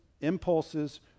impulses